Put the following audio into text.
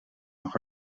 mag